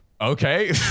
okay